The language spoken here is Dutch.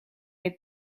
het